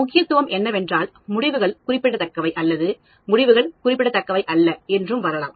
முக்கியத்துவம் என்னவென்றால் முடிவுகள் குறிப்பிடத்தக்கவை அல்லது முடிவுகள் குறிப்பிடத்தக்கவை அல்ல என்றும் வரலாம்